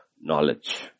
knowledge